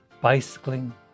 bicycling